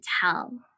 tell